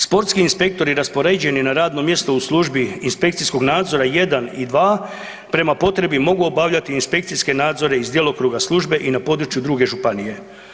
Sportski inspektori raspoređeni na radno mjesto u službi inspekcijskog nadzora jedan i dva prema potrebi mogu obavljati inspekcijske nadzore iz djelokruga službe i na području druge županije.